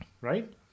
Right